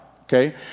Okay